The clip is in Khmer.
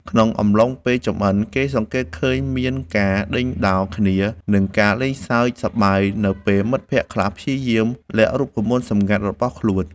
ក្នុងអំឡុងពេលចម្អិន គេសង្កេតឃើញមានការដេញដោលគ្នា និងការសើចសប្បាយនៅពេលមិត្តភក្តិខ្លះព្យាយាមលាក់រូបមន្តសម្ងាត់របស់ខ្លួន។